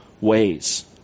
ways